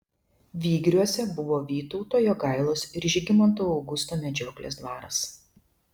vygriuose buvo vytauto jogailos ir žygimanto augusto medžioklės dvaras